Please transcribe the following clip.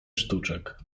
sztuczek